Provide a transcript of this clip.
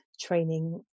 training